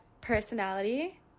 personality